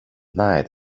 night